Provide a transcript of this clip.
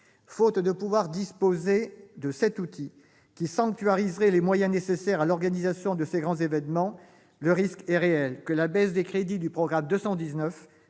Faute de pouvoir disposer de cet outil qui sanctuariserait les moyens nécessaires à l'organisation de ces grands événements, le risque est réel que la baisse des crédits du programme 219,